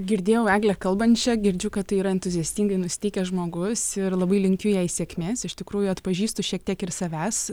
girdėjau eglę kalbančią girdžiu kad tai yra entuziastingai nusiteikęs žmogus ir labai linkiu jai sėkmės iš tikrųjų atpažįstu šiek tiek ir savęs